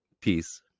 Peace